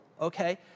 okay